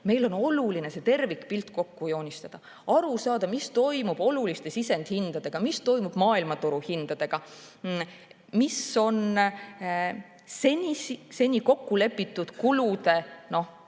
meie jaoks oluline tervikpilt kokku joonistada, aru saada, mis toimub oluliste sisendihindadega, mis toimub maailmaturu hindadega, milline on seni kokku lepitud kulude